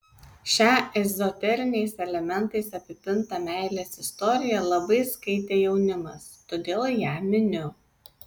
šią ezoteriniais elementais apipintą meilės istoriją labai skaitė jaunimas todėl ją miniu